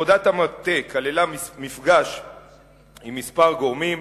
עבודת המטה כללה מפגש עם כמה גורמים,